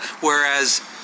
Whereas